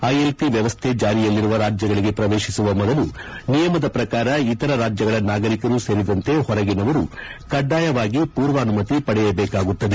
ILP ವ್ವವಸ್ಥೆ ಜಾರಿಯಲ್ಲಿರುವ ರಾಜ್ವಗಳಿಗೆ ಪ್ರವೇಶಿಸುವ ಮೊದಲು ನಿಯಮದ ಶ್ರಕಾರ ಇತರ ರಾಜ್ಯಗಳ ನಾಗರಿಕರೂ ಸೇರಿದಂತೆ ಹೊರಗಿನವರು ಕಡ್ಡಾಯವಾಗಿ ಪೂರ್ವಾನುಮತಿ ಪಡೆಯಬೇಕಾಗುತ್ತದೆ